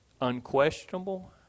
unquestionable